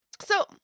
So-